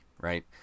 right